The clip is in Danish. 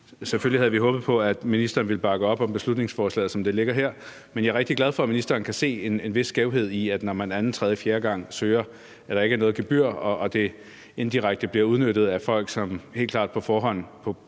Selvfølgelig havde vi håbet på, at ministeren ville bakke op om beslutningsforslaget, som det ligger her, men jeg er rigtig glad for, at ministeren kan se, at der er en vis skævhed, når der ikke er noget gebyr, idet man anden, tredje eller fjerde gang søger, altså at det indirekte bliver udnyttet af folk, som helt klart på forhånd, ikke